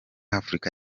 afurika